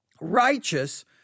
righteous